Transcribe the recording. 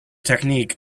technique